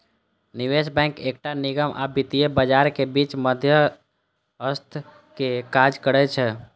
निवेश बैंक एकटा निगम आ वित्तीय बाजारक बीच मध्यस्थक काज करै छै